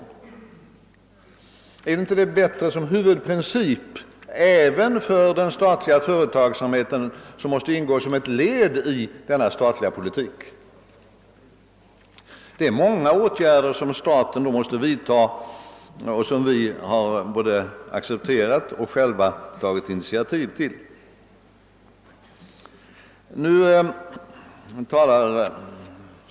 Vore detta inte bättre som huvudprincip även för den statliga företagssamheten, som måste ingå som ett led i denna statliga politik? Det är många åtgärder som staten då måste vidta och som vi på vårt håll har både accepterat och själva tagit initiativ till.